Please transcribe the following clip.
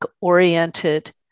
oriented